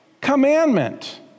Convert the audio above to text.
Commandment